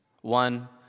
One